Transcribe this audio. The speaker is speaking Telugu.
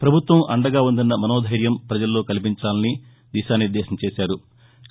ప్రభుత్వం అండగా ఉందన్న మనోధైర్యం ప్రజల్లో కల్పించాలని దిశానిర్దేశం చేశారు